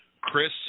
Chris